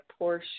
Porsche